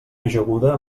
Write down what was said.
ajaguda